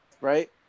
Right